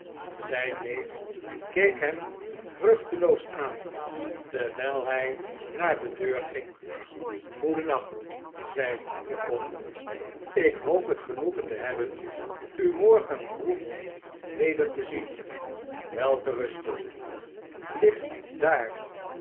zijn neef keek hem vruchteloos aan terwyl hy naar de deurging het medusa hoofd goedennacht zei de oom jk hoop het genoegen te hebben u morgen vroeg weder te zien wei te rusten licht daar